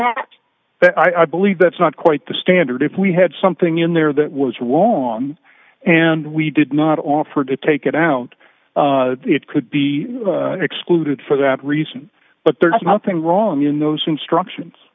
that i believe that's not quite the standard if we had something in there that was wrong and we did not offer to take it out it could be excluded for that reason but there's nothing wrong in those instructions